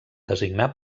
designar